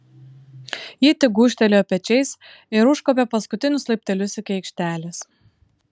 ji tik gūžtelėjo pečiais ir užkopė paskutinius laiptelius iki aikštelės